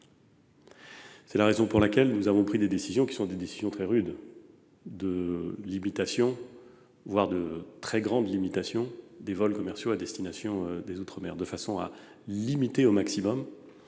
C'est la raison pour laquelle nous avons pris des décisions, très rudes, de limitation, voire de très grande limitation, des vols commerciaux à destination des outre-mer, afin de limiter au maximum